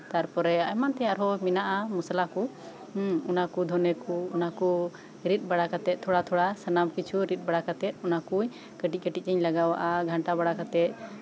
ᱛᱟᱨᱯᱚᱨᱮ ᱮᱢᱟᱱ ᱛᱮᱭᱟᱜ ᱢᱮᱱᱟᱜᱼᱟ ᱢᱚᱥᱞᱟ ᱠᱚ ᱦᱩᱸ ᱚᱱᱟ ᱠᱚ ᱫᱷᱚᱱᱮ ᱠᱚ ᱚᱱᱟ ᱠᱚ ᱨᱤᱫ ᱵᱟᱲᱟ ᱠᱟᱛᱮ ᱛᱷᱚᱲᱟ ᱛᱷᱚᱲᱟ ᱥᱟᱱᱟᱢ ᱠᱤᱪᱷᱩ ᱨᱤᱫ ᱵᱟᱲᱟ ᱠᱟᱛᱮᱫ ᱚᱱᱟ ᱠᱩ ᱠᱟᱴᱤᱡᱼᱠᱟᱴᱤᱡ ᱤᱧ ᱞᱟᱜᱟᱣᱟᱜᱼᱟ ᱜᱷᱟᱱᱴᱟ ᱵᱟᱲᱟ ᱠᱟᱛᱮ